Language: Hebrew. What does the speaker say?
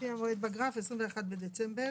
לפי המועד בגרף, 21 בדצמבר.